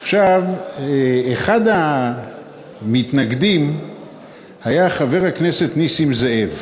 עכשיו, אחד המתנגדים היה חבר הכנסת נסים זאב,